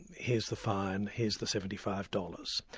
here's the fine, here's the seventy five dollars.